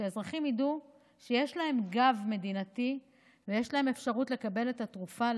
שהאזרחים ידעו שיש להם גב מדינתי ויש להם אפשרות לקבל את התרופה,